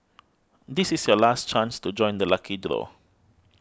this is your last chance to join the lucky draw